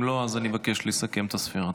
אם לא, אני מבקש לסכם את הספירה.